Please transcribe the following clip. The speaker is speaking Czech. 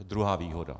Druhá výhoda.